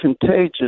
contagious